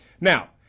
Now